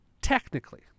Technically